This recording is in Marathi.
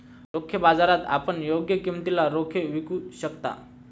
रोखे बाजारात आपण योग्य किमतीला रोखे विकू शकता